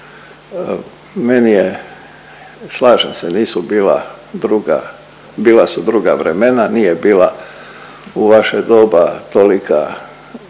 meni je, slažem se nisu bila druga, bila su druga vremena, nije bila u vaše doba tolika